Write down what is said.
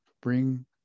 bring